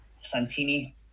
Santini